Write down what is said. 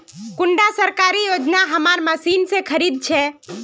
कुंडा सरकारी योजना हमार मशीन से खरीद छै?